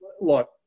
look